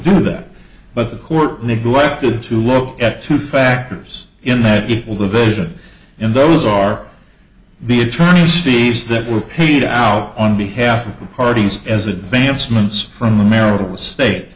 do that but the court neglected to look at two factors in that it will division and those are the attorney's steves that were paid out on behalf of the parties as advancements from the marital state